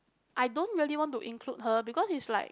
I don't really want to include her because is like